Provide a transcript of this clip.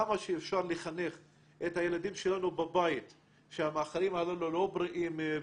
כמה שאפשר לחנך את הילדים שלנו בבית שהמאכלים הללו לא בריאים וכדומה,